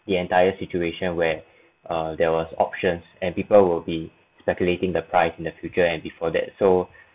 the entire situation where err there was options and people will be speculating the price in the future and before that so